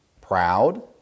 proud